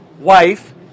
wife